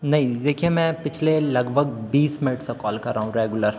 नहीं देखिए मैं पिछले लगभग बीस मिनट से कॉल कर रहा हूँ रेगुलर